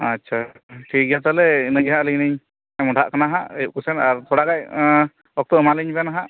ᱟᱪᱪᱷᱟ ᱴᱷᱤᱠ ᱜᱮᱭᱟ ᱛᱟᱦᱞᱮ ᱤᱱᱟᱹᱜᱮ ᱦᱟᱸᱜ ᱟᱹᱞᱤᱧ ᱞᱤᱧ ᱢᱚᱦᱰᱟᱜ ᱠᱟᱱᱟ ᱦᱟᱸᱜ ᱟᱹᱭᱩᱵ ᱠᱚ ᱥᱮᱫ ᱟᱨ ᱛᱷᱳᱲᱟᱜᱟᱱ ᱚᱯᱷ ᱠᱚ ᱮᱢᱟᱞᱤᱧ ᱵᱮᱱ ᱦᱟᱸᱜ